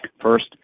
First